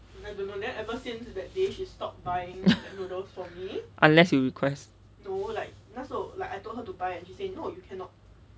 unless you request